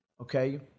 okay